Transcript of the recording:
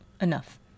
enough